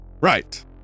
right